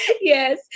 Yes